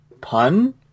pun